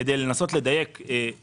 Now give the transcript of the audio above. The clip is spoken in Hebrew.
כדי לנסות לדייק את